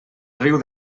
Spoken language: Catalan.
riu